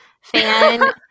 fan